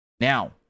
Now